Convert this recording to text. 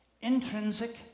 intrinsic